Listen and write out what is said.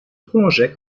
prolongeait